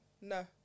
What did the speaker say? no